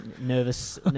nervous